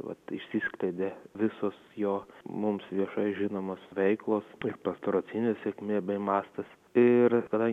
vat išsiskleidė visos jo mums viešai žinomos veiklos ir pastoracinius sėkmė bei mastas ir kadangi tai